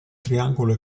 triangolo